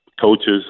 coaches